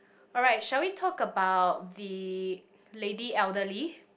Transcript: alright should we talk about the lady elderly